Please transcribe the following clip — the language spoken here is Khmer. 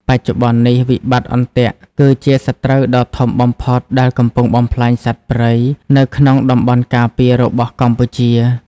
បច្ចុប្បន្ននេះ "វិបត្តិអន្ទាក់" គឺជាសត្រូវដ៏ធំបំផុតដែលកំពុងបំផ្លាញសត្វព្រៃនៅក្នុងតំបន់ការពាររបស់កម្ពុជា។